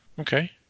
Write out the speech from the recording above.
okay